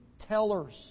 tellers